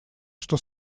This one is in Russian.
что